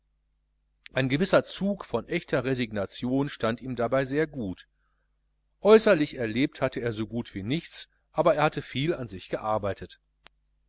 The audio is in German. ein gewisser zug von echter resignation stand ihm dabei sehr gut äußerlich erlebt hatte er so gut wie nichts aber er hatte viel an sich gearbeitet